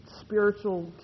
spiritual